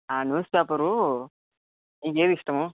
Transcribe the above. news paper నీకు ఏది ఇష్టము